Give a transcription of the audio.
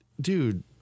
Dude